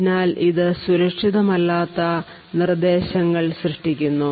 അതിനാൽ ഇത് സുരക്ഷിതമല്ലാത്ത നിർദ്ദേശങ്ങൾ സൃഷ്ടിക്കുന്നു